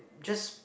just